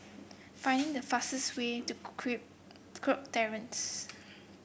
finding the fastest way to Kirk Terrace